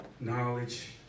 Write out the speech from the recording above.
knowledge